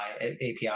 API